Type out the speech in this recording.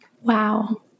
Wow